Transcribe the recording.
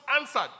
answered